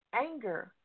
Anger